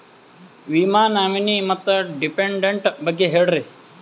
ವಿಮಾ ನಾಮಿನಿ ಮತ್ತು ಡಿಪೆಂಡಂಟ ಬಗ್ಗೆ ಹೇಳರಿ?